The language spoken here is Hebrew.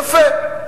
יפה.